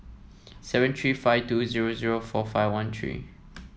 seven three five two zero zero four five one three